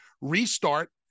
restart